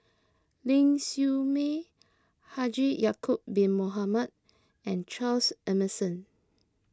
Ling Siew May Haji Ya'Acob Bin Mohamed and Charles Emmerson